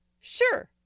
sure